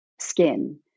skin